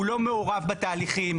הוא לא מעורב בתהליכים,